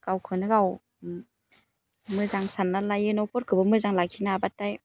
गावखौनो गाव मोजां सान्ना लायो न'फोरखौबो मोजां लाखिनो हाबाथाय